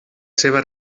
seva